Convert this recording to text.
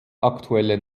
aktuelle